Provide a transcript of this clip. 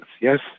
Yes